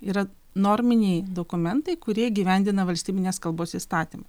yra norminiai dokumentai kurie įgyvendina valstybinės kalbos įstatymą